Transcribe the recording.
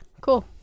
Cool